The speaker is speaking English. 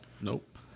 Nope